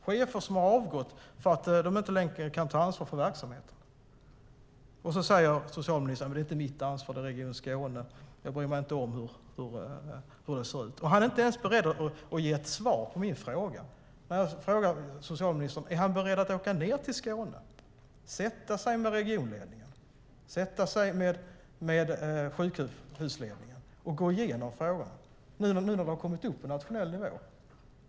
Chefer har avgått för att de inte längre kan ta ansvar för verksamheten. Sedan säger socialministern att frågan inte är hans ansvar utan Region Skånes. Han bryr sig inte om hur det ser ut. Han är inte ens beredd att ge ett svar på min fråga. Är socialministern beredd att åka ned till Skåne, sätta sig med regionledningen och sjukhusledningen och gå igenom frågorna nu när de har kommit upp på nationell nivå?